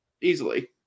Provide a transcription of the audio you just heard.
easily